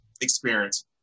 experience